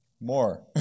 More